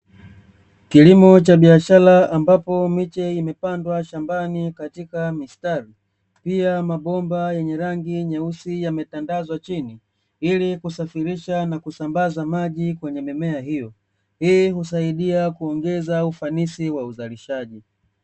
Kilimo cha biashara ambapo miche imepandwa shambani katika mistari, pia mabomba yenye rangi nyeusi yametandazwa chini ili kusafirisha na kusambaza maji kwenye mimea hiyo. Hii husaidia kuongeza ufanisi wa uzalishaji.